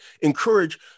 encourage